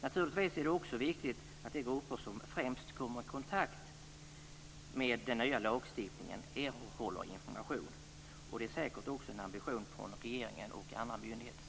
Naturligtvis är det också viktigt att de grupper som främst kommer i kontakt med den nya lagstiftningen erhåller information. Det är säkert också en ambition från regeringen och från myndigheterna.